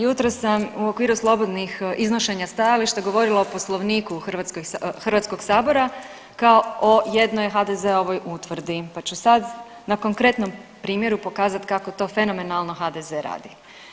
Jutros sam u okviru slobodnih iznošenja stajališta govorila o Poslovniku Hrvatskog sabora kao o jednoj HDZ-ovoj utvrdi, pa ću sad na konkretnom primjeru pokazati kako to fenomenalno HDZ radi.